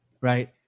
right